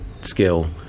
skill